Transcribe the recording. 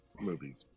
movies